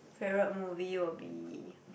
favourite movie will be